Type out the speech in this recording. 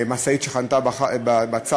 עם משאית שחנתה בצד,